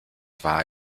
war